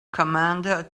commander